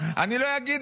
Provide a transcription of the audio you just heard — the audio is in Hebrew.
אני לא אגיד.